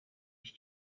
iki